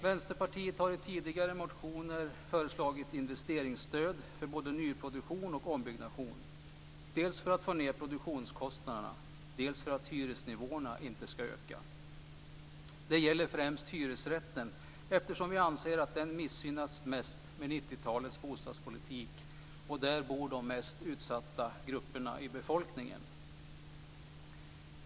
Vänsterpartiet har tidigare i motioner föreslagit investeringsstöd för både nyproduktion och ombyggnation dels för att få ned produktionskostnaderna, dels för att hyresnivåerna inte ska öka. Det gäller främst hyresrätten som vi anser missgynnas mest med 90-talets bostadspolitik och där bor de mest utsatta befolkningsgrupperna.